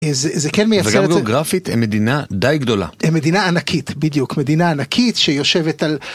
וגם גיאוגרפית, היא מדינה די גדולה, היא מדינה ענקית בדיוק, מדינה ענקית שיושבת על